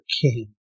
king